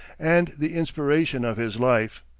and the inspiration of his life.